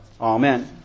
Amen